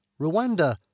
Rwanda